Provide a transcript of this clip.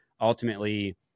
ultimately